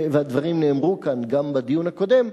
והדברים נאמרו כאן גם בדיון הקודם,